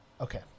Okay